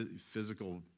physical